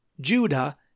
Judah